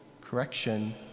correction